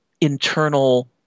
internal